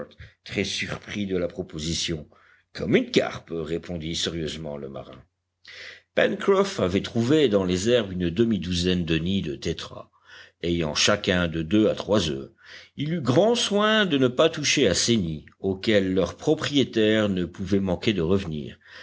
très surpris de la proposition comme une carpe répondit sérieusement le marin pencroff avait trouvé dans les herbes une demi-douzaine de nids de tétras ayant chacun de deux à trois oeufs il eut grand soin de ne pas toucher à ces nids auxquels leurs propriétaires ne pouvaient manquer de revenir